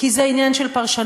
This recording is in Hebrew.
כי זה עניין של פרשנות,